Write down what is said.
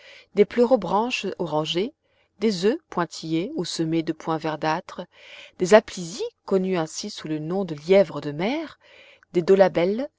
des pleurobranches orangés des oeufs pointillés ou semés de points verdâtres des aplysies connues aussi sous le nom de lièvres de mer des